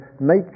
make